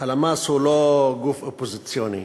שלוש דקות לרשות אדוני.